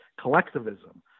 collectivism